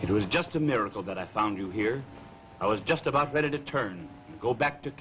it was just a miracle that i found you here i was just about that it turned go back to